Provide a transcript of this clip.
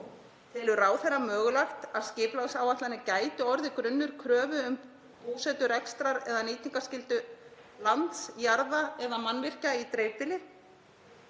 Telur ráðherra mögulegt að skipulagsáætlanir gætu orðið grunnur kröfu um búsetu-, rekstrar- eða nýtingarskyldu lands, jarða eða mannvirkja í dreifbýli?